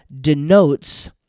denotes